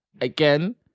again